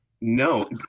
No